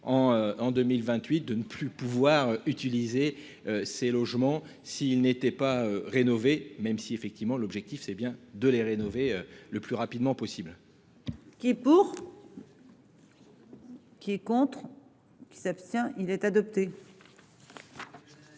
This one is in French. en 2028 de ne plus pouvoir utiliser. Ces logements, s'il n'était pas rénové même si effectivement l'objectif c'est bien de les rénover le plus rapidement possible. Qui est pour. Qui est contre. Qui s'abstient il est adopté.